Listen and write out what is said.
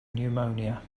pneumonia